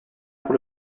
pour